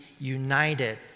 united